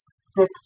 six